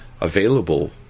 available